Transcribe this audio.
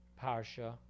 parsha